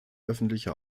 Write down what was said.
öffentliche